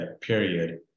period